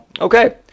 okay